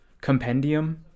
compendium